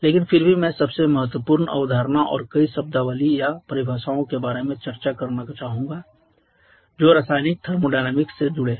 लेकिन फिर भी मैं सबसे महत्वपूर्ण अवधारणा और कई शब्दावली या परिभाषाओं के बारे में चर्चा करना चाहूंगा जो रासायनिक थर्मोडायनामिक्स से जुड़े हैं